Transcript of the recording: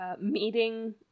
meeting